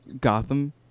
Gotham